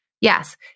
Yes